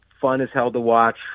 fun-as-hell-to-watch